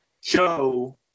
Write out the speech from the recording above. show